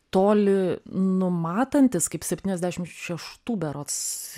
toli numatantis kaip septyniasdešimt šeštų berods